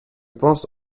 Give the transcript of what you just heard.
pense